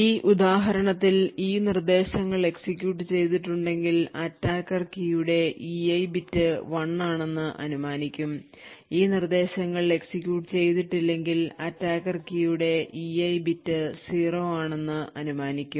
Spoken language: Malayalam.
ഈ ഉദാഹരണത്തിൽ ഈ നിർദ്ദേശങ്ങൾ execute ചെയ്തിട്ടുണ്ടെങ്കിൽ attacker കീയുടെ ei ബിറ്റ് 1 ആണെന്നു അനുമാനിക്കും ഈ നിർദ്ദേശങ്ങൾ execute ചെയ്തിട്ടില്ലെങ്കിൽ attacker കീയുടെ ei ബിറ്റ് 0 ആണെന്നു അനുമാനിക്കും